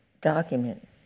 document